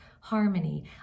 harmony